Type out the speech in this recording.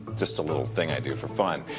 just a little thing i do for fun.